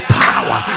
power